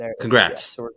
congrats